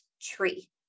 tree